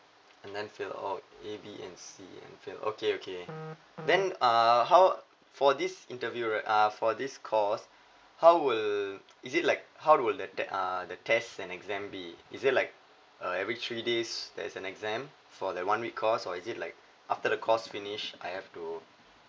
and then fail oh A B and C and fail okay okay then err how for this interview right uh for this course how will is it like how would that te~ uh the test and exam be is it like uh every three days there's an exam for the one week course or is it like after the course finish I have to